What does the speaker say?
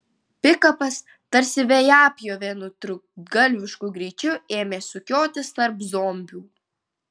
pikapas tarsi vejapjovė nutrūktgalvišku greičiu ėmė sukiotis tarp zombių